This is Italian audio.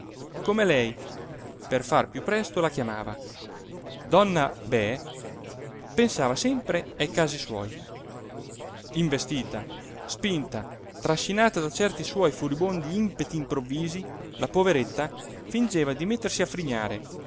come lei per far più presto la chiamava donna be pensava sempre ai casi suoi investita spinta trascinata da certi suoi furibondi impeti improvvisi la poveretta fingeva di mettersi a frignare